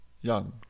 young